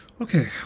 Okay